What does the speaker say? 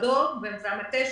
והמטה שלו,